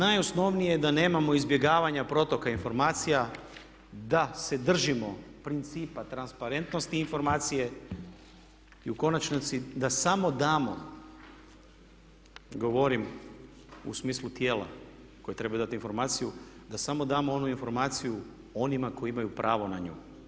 Dakle, najosnovnije je da nemamo izbjegavanja protoka informacija, da se držimo principa transparentnosti informacije i u konačnici da samo damo govorim u smislu tijela koje trebaju dati informaciju, da samo damo onu informaciju onima koji imaju pravo na nju.